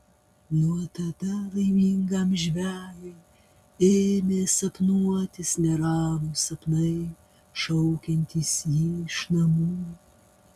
nuo tada laimingam žvejui ėmė sapnuotis neramūs sapnai šaukiantys jį iš namų